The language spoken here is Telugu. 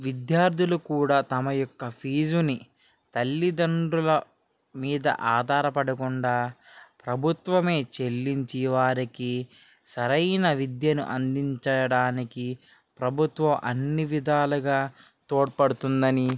విద్యార్థులు కూడా తమ యొక్క ఫీజుని తల్లిదండ్రుల మీద ఆధారపడకుండా ప్రభుత్వమే చెల్లించి వారికి సరైన విద్యను అందించడానికి ప్రభుత్వం అన్ని విధాలుగా తోడ్పడుతుంది అని